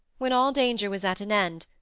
when all danger was at an end,